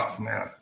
Man